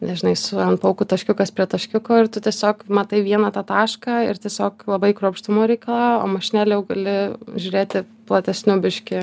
nes žinai su hend pauku taškiukas prie taškiuko ir tu tiesiog matai vieną tą tašką ir tiesiog labai kruopštumo reikalauja o mašinėle jau gali žiūrėti platesniu biškį